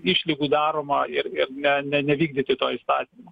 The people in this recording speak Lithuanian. išlygų daroma ir ne ne nevykdyti to įstatymo